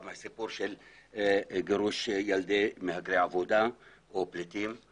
מהסיפור של גירוש ילדי מהגרי העבודה או פליטים.